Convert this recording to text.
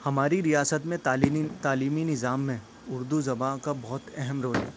ہماری ریاست میں تعلیمی تعلیمی نظام میں اردو زباں کا بہت اہم رول ہے